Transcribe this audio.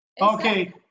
Okay